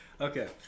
Okay